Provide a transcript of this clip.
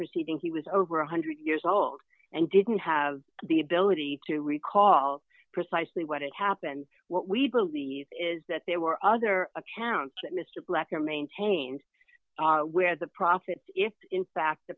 proceeding he was over one hundred years old and didn't have the ability to recall precisely what had happened what we believe is that there were other accounts that mr blecher maintains where the profit if in fact the